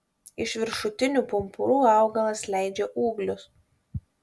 iš viršutinių pumpurų augalas leidžia ūglius